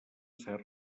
ser